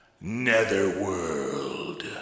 netherworld